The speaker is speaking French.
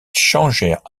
changèrent